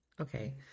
Okay